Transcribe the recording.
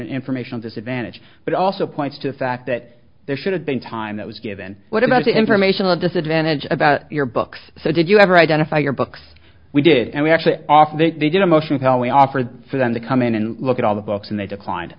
informational disadvantage but also points to the fact that there should have been time that was given what about the informational disadvantage about your books so did you ever identify your books we did and we actually off they did emotional hell we offered for them to come in and look at all the books and they declined